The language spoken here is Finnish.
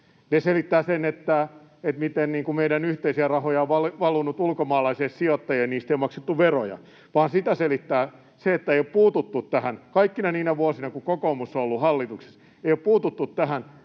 ne selittävät sen, miten meidän yhteisiä rahoja on valunut ulkomaalaisille sijoittajille ja niistä ei ole maksettu veroja — vaan sitä selittää se, että ei ole puututtu tähän kaikkina niinä vuosina, kun kokoomus on ollut hallituksessa, ei ole puututtu tähän